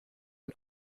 ein